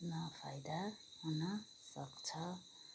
न फाइदा हुन सक्छ